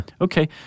Okay